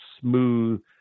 smooth